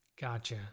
Gotcha